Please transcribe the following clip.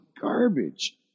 garbage